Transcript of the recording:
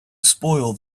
spoil